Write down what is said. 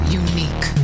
unique